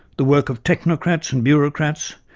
the work of technocrats and bureaucrats,